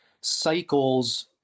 cycles